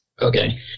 Okay